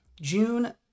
June